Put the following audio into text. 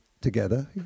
together